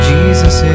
Jesus